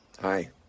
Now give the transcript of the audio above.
Hi